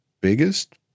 biggest